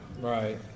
Right